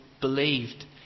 believed